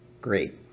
great